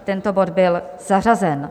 Tento bod byl zařazen.